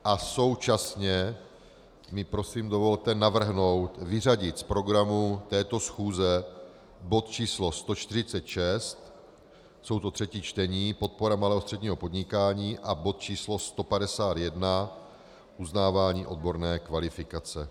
A současně mi prosím dovolte navrhnout vyřadit z programu této schůze bod číslo 146, jsou to třetí čtení, podpora malého a středního podnikání, a bod číslo 151, uznávání odborné kvalifikace.